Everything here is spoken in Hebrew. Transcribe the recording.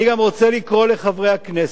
אני גם רוצה לקרוא לחברי הכנסת,